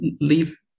leave